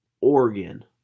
Oregon